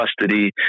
custody